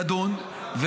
לדון,